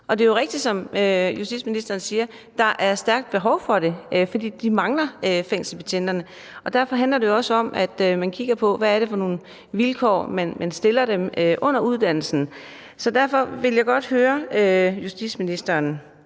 Det er jo rigtigt, som justitsministeren siger, at der er stærkt behov for det, for vi mangler fængselsbetjente. Derfor handler det jo også om at kigge på, hvad det er for nogle vilkår, man tilbyder dem under uddannelsen. Jeg havde svært ved at læse i artiklen,